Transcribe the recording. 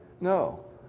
No